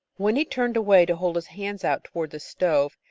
when he turned away to hold his hands out toward the stove,